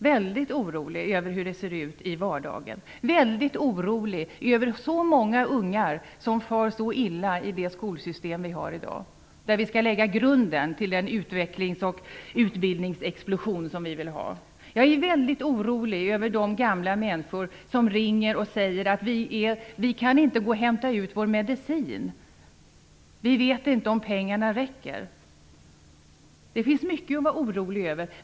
Väldigt orolig är jag över hur det ser ut i vardagen, väldigt orolig över så många ungar som far så illa i det skolsystem vi har i dag, där vi skall lägga grunden till den utvecklings och utbildningsexplosion som vi vill ha. Jag är väldigt orolig över de gamla människor som ringer och säger: Vi kan inte gå och hämta ut vår medicin. Vi vet inte om pengarna räcker. Det finns mycket att vara orolig över.